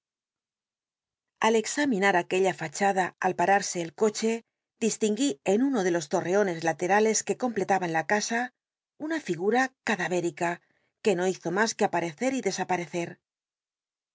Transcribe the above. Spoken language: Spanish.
al examinar aquella fachada al patarsc el cochr distinguí en uno de los torreones laterales que completaban la casa una llgma c tda érica que no hizo mas que apntecct y dc